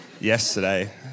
yesterday